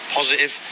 positive